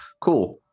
cool